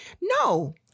No